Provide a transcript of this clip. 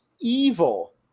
evil